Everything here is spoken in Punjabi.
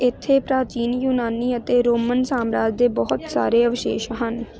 ਇੱਥੇ ਪ੍ਰਾਚੀਨ ਯੂਨਾਨੀ ਅਤੇ ਰੋਮਨ ਸਾਮਰਾਜ ਦੇ ਬਹੁਤ ਸਾਰੇ ਅਵਸ਼ੇਸ਼ ਹਨ